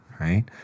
right